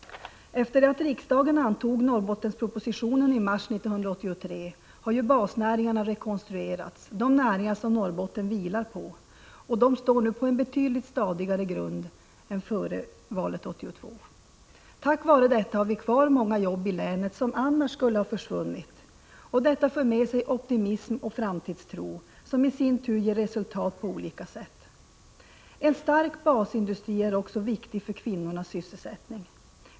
Efter det att riksdagen antog Norrbottenspropositionen i mars 1983, har ju basnäringarna rekonstruerats, de näringar som Norrbotten vilar på, och de står nu på en betydligt stadigare grund än före valet 1982. Tack vare detta har vi kvar många jobb i länet, som annars skulle ha försvunnit. Detta för med sig optimism och framtidstro, som i sin tur ger resultat på olika sätt. En stark basindustri är också viktig för kvinnornas sysselsättning.